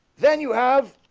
then you have